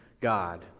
God